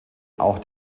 auch